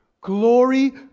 Glory